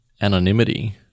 anonymity